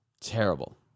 Terrible